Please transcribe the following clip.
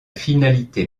finalité